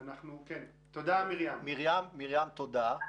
מרים, תודה.